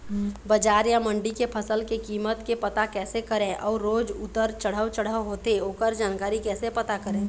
बजार या मंडी के फसल के कीमत के पता कैसे करें अऊ रोज उतर चढ़व चढ़व होथे ओकर जानकारी कैसे पता करें?